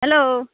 hello